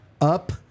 up